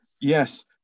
Yes